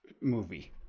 movie